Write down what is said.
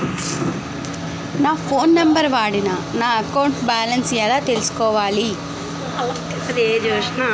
నా phone number వాడి నా అకౌంట్ బాలన్స్ ఎలా తెలుసుకోవాలి?